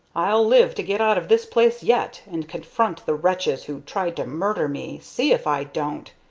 i'll live to get out of this place yet and confront the wretches who tried to murder me see if i don't!